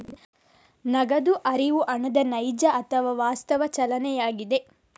ನಗದು ಹರಿವು ಹಣದ ನೈಜ ಅಥವಾ ವಾಸ್ತವ ಚಲನೆಯಾಗಿದೆ